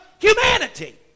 humanity